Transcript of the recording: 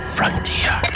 Frontier